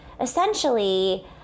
essentially